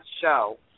show